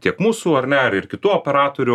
tiek mūsų ar ne ir ir kitų operatorių